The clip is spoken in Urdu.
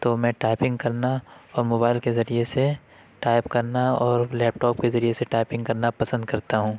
تو میں ٹائپنگ کرنا اور موبائل کے ذریعے سے ٹائپ کرنا اور لیپ ٹاپ کے ذریعے سے ٹائپنگ کرنا پسند کرتا ہوں